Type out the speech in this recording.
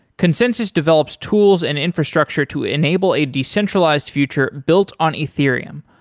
consensys develops tools and infrastructure to enable a decentralized future built on ethereum,